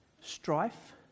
strife